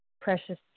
precious